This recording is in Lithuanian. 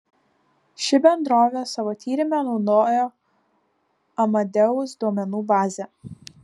ši bendrovė savo tyrime naudojo amadeus duomenų bazę